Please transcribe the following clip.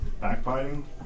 Backbiting